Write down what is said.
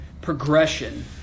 progression